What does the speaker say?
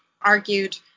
argued